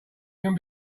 even